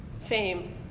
fame